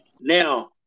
Now